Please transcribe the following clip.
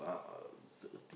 uh